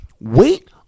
Wait